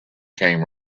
came